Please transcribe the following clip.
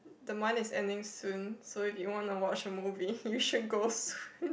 the month is ending soon so if you wanna watch a movie you should go soon